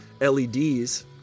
LEDs